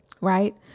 right